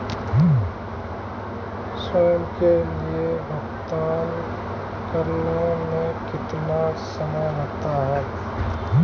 स्वयं के लिए भुगतान करने में कितना समय लगता है?